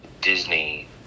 Disney